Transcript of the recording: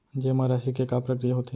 जेमा राशि के का प्रक्रिया होथे?